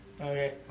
Okay